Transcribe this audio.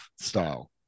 style